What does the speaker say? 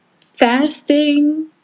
fasting